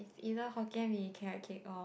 either Hokkien Mee carrot-cake or